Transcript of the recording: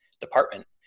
department